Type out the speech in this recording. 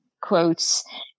quotes